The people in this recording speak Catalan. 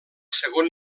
segon